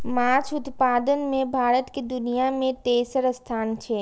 माछ उत्पादन मे भारत के दुनिया मे तेसर स्थान छै